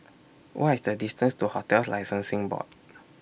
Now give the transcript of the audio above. What IS The distance to hotels Licensing Board